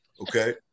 okay